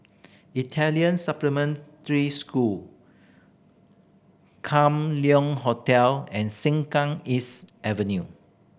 Italian Supplementary School Kam Liong Hotel and Sengkang East Avenue